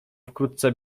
wkrótce